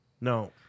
No